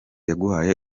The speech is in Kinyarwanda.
yaguhaye